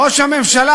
ראש הממשלה,